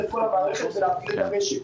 לא, אני רוצה לתת ליוגב לענות על השאלות.